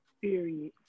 Period